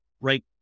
right